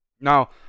Now